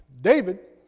David